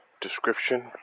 description